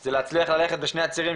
זה להצליח ללכת בשני הצירים,